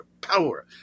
power